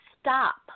stop